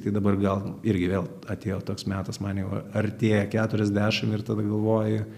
tai dabar gal irgi vėl atėjo toks metas man jau artėja keturiasdešim ir tada galvoji